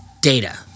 data